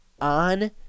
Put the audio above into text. on